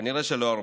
כנראה שלא הרבה.